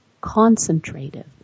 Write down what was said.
concentrative